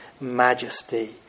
majesty